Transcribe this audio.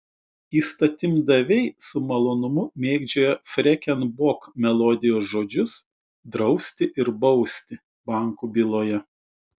įstatymdaviai su malonumu mėgdžioja freken bok melodijos žodžius drausti ir bausti bankų byloje